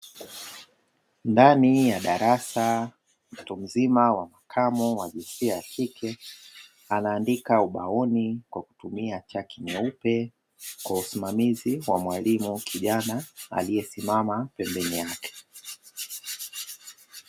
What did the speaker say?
Ndani ya darasa mtu mzima wa makamo wa jinsia ya kike, anaandika ubaoni kwa kutumia chaki nyeupe, kwa usimamizi wa mwalimu kijana aliyesimama pembeni yake.